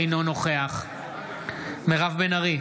אינו נוכח מירב בן ארי,